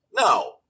No